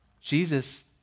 Jesus